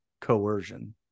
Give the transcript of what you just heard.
coercion